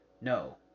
No